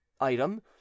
item